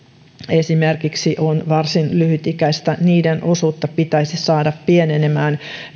esimerkiksi paperi on varsin lyhytikäistä osuutta pitäisi saada pienenemään